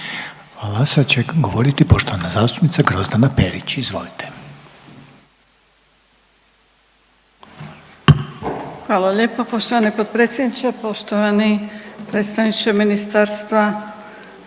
Hvala. Sad će govoriti poštovana zastupnica Grozdana Perić, izvolite. **Perić, Grozdana (HDZ)** Hvala lijepa poštovani potpredsjedniče, poštovani predstavniče Ministarstva.